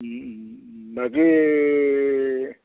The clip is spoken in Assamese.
বাকী